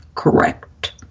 correct